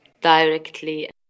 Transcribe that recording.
directly